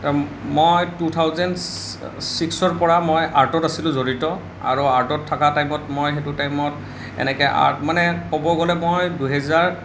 মই two thousand ছিক্সৰ পৰা মই আৰ্টত আছিলোঁ জড়িত আৰু আৰ্টত থকা টাইমত মই সেইটো টাইমত এনেকে আৰ্ট মানে ক'ব গ'লে মই দুহেজাৰ